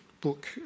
book